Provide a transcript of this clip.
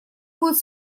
будет